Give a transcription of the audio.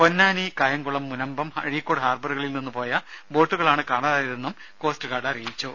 പൊന്നാനി കായംകുളം മുനമ്പം അഴീക്കോട് ഹാർബറുകളിൽ നിന്ന് പോയ ബോട്ടുകളാണ് കാണാതായതെന്നും കോസ്റ്റ് ഗാർഡ് അറിയിച്ചു